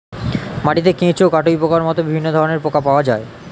মাটিতে কেঁচো, কাটুই পোকার মতো বিভিন্ন ধরনের পোকা পাওয়া যায়